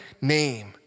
name